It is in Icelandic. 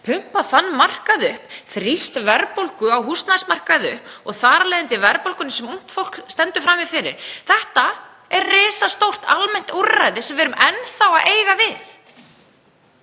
pumpað þann markað upp, þrýst verðbólgu á húsnæðismarkaði upp og þar af leiðandi verðbólgunni sem ungt fólk stendur frammi fyrir. Þetta er risastórt almennt úrræði sem við erum enn þá að eiga við.